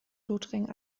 lothringen